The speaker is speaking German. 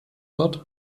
wird